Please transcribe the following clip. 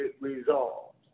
resolved